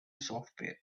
software